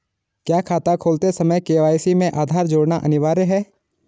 क्या खाता खोलते समय के.वाई.सी में आधार जोड़ना अनिवार्य है?